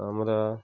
আমরা